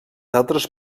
altres